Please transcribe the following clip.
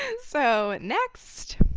and so, next.